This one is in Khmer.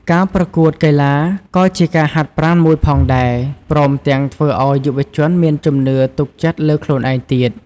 ការប្រគួតកីឡា ក៏ជាការហាត់ប្រាណមួយផងដែរ ព្រមទាំងធ្វើឲ្យយុវជនមានជំនឿទុកចិត្តលើខ្លួនឯងទៀត។